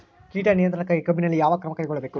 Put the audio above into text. ಕೇಟ ನಿಯಂತ್ರಣಕ್ಕಾಗಿ ಕಬ್ಬಿನಲ್ಲಿ ಯಾವ ಕ್ರಮ ಕೈಗೊಳ್ಳಬೇಕು?